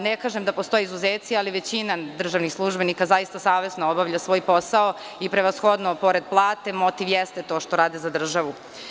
Ne kažem da postoje izuzeci, ali većina državnih službenika zaista savesno obavlja svoj posao i prevashodno pored plate motiv jeste to što rade za državu.